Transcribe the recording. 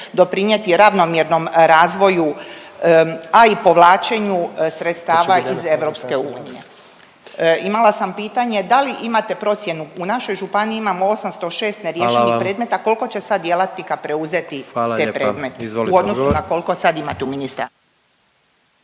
doprinijeti ravnomjernom razvoju, a i povlačenju sredstava iz EU. Imala sam pitanje, da li imate procjenu, u našoj županiji imamo 806 neriješenih predmeta …/Upadica predsjednik: Hvala vam./… koliko će sad djelatnika